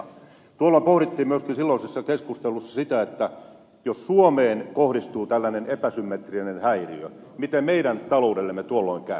tuolloin pohdittiin myöskin silloisessa keskustelussa sitä että jos suomeen kohdistuu tällainen epäsymmetrinen häiriö miten meidän taloudellemme tuolloin käy